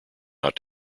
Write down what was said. not